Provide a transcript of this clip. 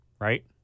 right